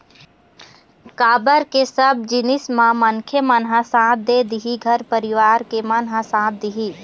काबर के सब जिनिस म मनखे मन ह साथ दे दिही घर परिवार के मन ह साथ दिही